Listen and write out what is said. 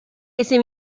ese